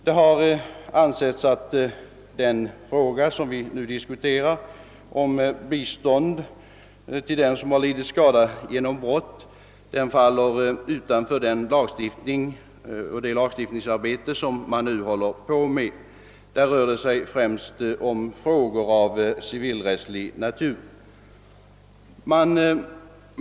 Det har ansetts att frågan om ett bistånd till den som har lidit skada genom brott faller utanför det lagstiftningsarbete som man nu håller på med. Där rör det sig främst om frågor av civilrättslig natur.